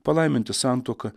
palaiminti santuoką